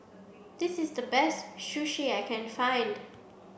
this is the best Sushi that I can find